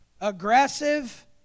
aggressive